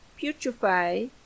putrefy